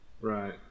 right